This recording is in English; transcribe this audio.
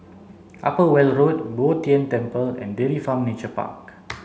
Upper Weld Road Bo Tien Temple and Dairy Farm Nature Park